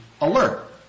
alert